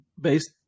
Based